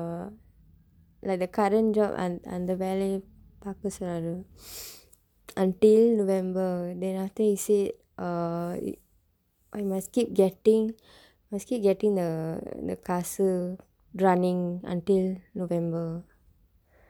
like the current job அந்த வேலை பார்க்க சொன்னாரு:andtha veelai paarkka sonnaaru until november then after that he say err I must keep getting must keep getting the காசு:kaasu running until november